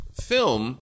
film